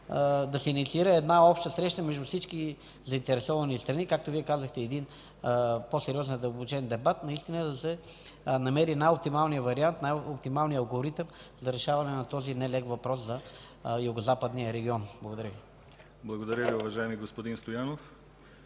да се инициира една обща среща между всички заинтересовани страни, както Вие казахте, един по-сериозен, по-задълбочен дебат, наистина, за да се намери най-оптималният вариант, най-оптималният алгоритъм за решаване на този нелек въпрос за Югозападния регион. Благодаря Ви. ПРЕДСЕДАТЕЛ ДИМИТЪР ГЛАВЧЕВ: Благодаря Ви, уважаеми господин Стоянов.